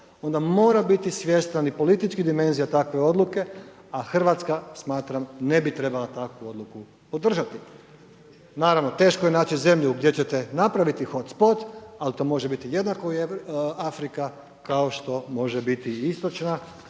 onda mora biti svjestan i političkih dimenzija takve odluke, a Hrvatska smatram ne bi trebala takvu odluku podržati. Naravno, teško je naći zemlju gdje ćete napraviti hotspot al to može jednako Afrika, kao što može biti i istočna,